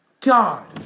God